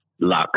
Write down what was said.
Luck